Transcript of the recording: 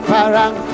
Parang